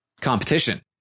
competition